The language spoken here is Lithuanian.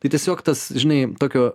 tai tiesiog tas žinai tokio